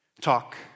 Talk